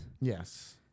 Yes